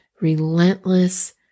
relentless